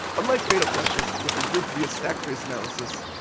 unlike fatal crashes, which are grouped via stack trace analysis,